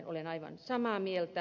olen aivan samaa mieltä